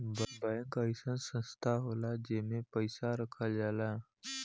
bank अइसन संस्था होला जेमन पैसा रखल जाला